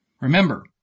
Remember